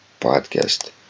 podcast